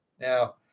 Now